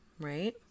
right